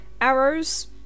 arrows